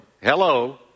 Hello